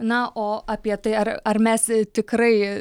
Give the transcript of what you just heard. na o apie tai ar ar mes tikrai